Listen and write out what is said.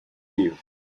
you